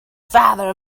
father